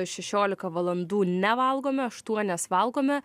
šešiolika valandų nevalgome aštuonias valgome